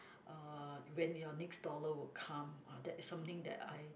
uh when your next dollar will come ah that's something that I